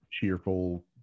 cheerful